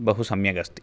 बहु सम्यक् अस्ति